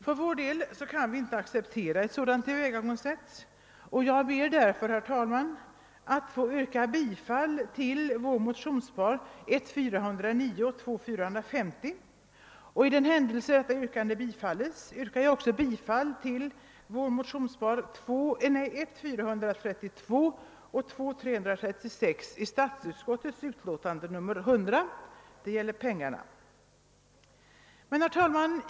För vår del kan vi inte acceptera ett sådant förfaringssätt. Jag ber därför, herr talman, att få yrka bifall till vårt motionspar 1: 409 och 11: 450. För den händelse att dessa motioner bifalles yrkar jag också bifall till vårt motionspar I1:437 och II: 396, som behandlas i statsutskottets utlåtande nr 100. Dessa motioner avser den anslagsmässiga delen av yrkandet.